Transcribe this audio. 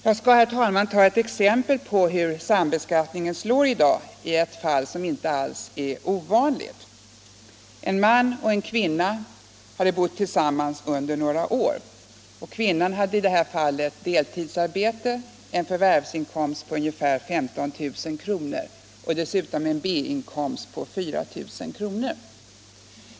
Jag skall, herr talman, ta ett exempel på hur sambeskattningen slår i dag i ett fall som inte alls är ovanligt. En man och en kvinna hade bott tillsammans under några år. Kvinnan hade deltidsarbete med en förvärvsinkomst på ungefär 15 000 kr. och dessutom en B-inkomst på 4 000 kr.